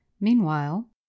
meanwhile